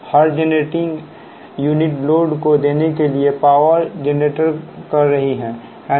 हर generating unit load को देने के लिए पावर जनरेट कर रही है है ना